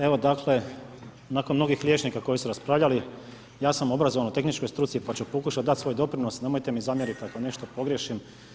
Evo dakle, nakon mnogih liječnika koji su raspravljali ja sam obrazovan u tehničkoj struci pa ću pokušati dat svoj doprinos, nemojte mi zamjeriti ako nešto pogriješim.